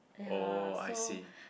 oh I see